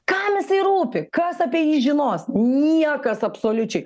kam jisai rūpi kas apie jį žinos niekas absoliučiai